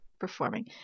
performing